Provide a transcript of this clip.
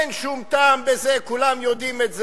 אין שום טעם בזה, כולם יודעים את זה,